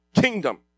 kingdom